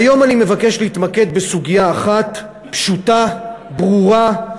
היום אני מבקש להתמקד בסוגיה אחת, פשוטה, ברורה,